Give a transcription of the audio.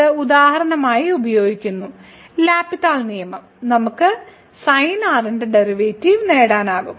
ഇത് ഉദാഹരണമായി ഉപയോഗിക്കുന്നു എൽ ഹോപ്പിറ്റലിന്റെ നിയമം നമുക്ക് sin r ന്റെ ഡെറിവേറ്റീവ് നേടാനാകും